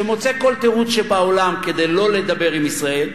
שמוצא כל תירוץ שבעולם כדי לא לדבר עם ישראל,